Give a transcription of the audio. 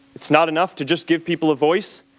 it's not enough to just give people a voice.